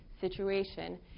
situation